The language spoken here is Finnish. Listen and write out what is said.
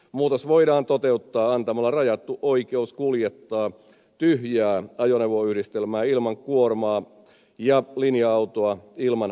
muutos voidaan toteuttaa antamalla rajattu oikeus kuljettaa tyhjää ajoneuvoyhdistelmää ilman kuormaa ja linja autoa ilman matkustajia